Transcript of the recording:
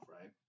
right